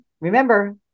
remember